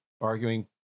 arguing